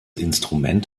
instrument